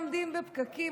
עומדים בפקקים,